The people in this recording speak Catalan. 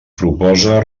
proposa